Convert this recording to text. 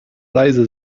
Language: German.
leise